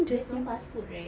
there's no fastfood right